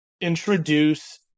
introduce